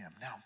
Now